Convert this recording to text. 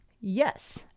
Yes